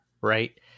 right